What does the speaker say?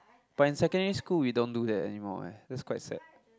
but in secondary school we don't do that anymore eh that's quite sad